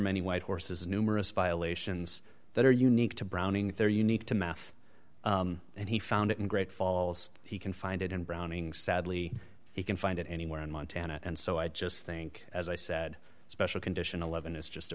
many white horses numerous violations that are unique to browning thirty unique to math and he found it in great falls he can find it in browning sadly he can find it anywhere in montana and so i just think as i said special condition eleven is just a